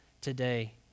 today